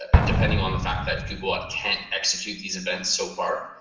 ah depending on the fact that googlebot can't execute these events so far.